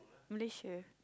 Malaysia